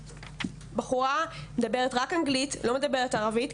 בחורה מדברת רק אנגלית, לא מדברת ערבית,